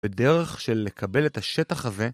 ‫בדרך של לקבל את השטח הזה...